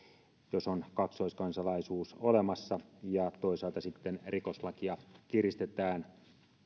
jos on kaksoiskansalaisuus olemassa ja toisaalta sitten rikoslakia kiristetään siltä osin